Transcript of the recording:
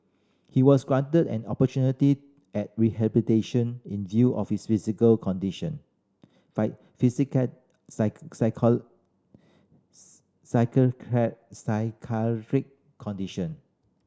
he was granted an opportunity at rehabilitation in view of his physical condition psychiatric condition